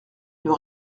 nous